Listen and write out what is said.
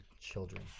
children